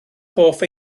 hoff